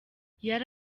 yari